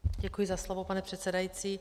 Děkuji za slovo, pane předsedající.